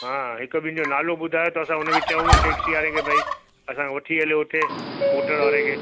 हा हिकु ॿिनि जो नालो ॿुधायो त असां उनखे चऊं टेक्सी वारे खे भई असांखे वठी हले उते मोटर वारे खे